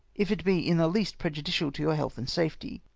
if it be in the least prejudicial to your health and safety.